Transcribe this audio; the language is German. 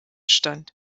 stand